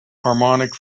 harmonic